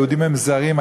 היהודים הם זרים,